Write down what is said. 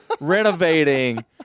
renovating